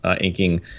inking